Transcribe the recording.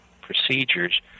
procedures